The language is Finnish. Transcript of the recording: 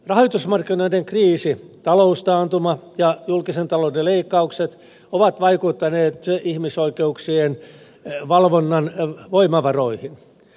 rahoitusmarkkinoiden kriisi taloustaantuma ja julkisen talouden leikkaukset ovat vaikuttaneet ihmisoikeuksien valvonnan voimavaroihin